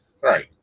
right